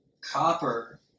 Copper